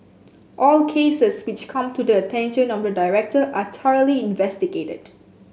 all cases which come to the attention of the director are thoroughly investigated